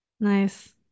Nice